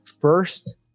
First